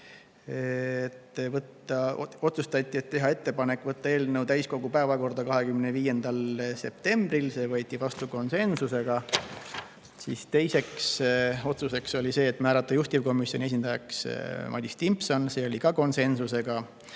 otsustati teha ettepanek võtta eelnõu täiskogu päevakorda 25. septembril, see võeti vastu konsensusega. Teiseks otsuseks oli see, et määrata juhtivkomisjoni esindajaks Madis Timpson. See oli ka konsensusega.